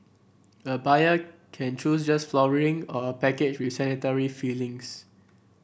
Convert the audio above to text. a buyer can choose just flooring or a package with sanitary fittings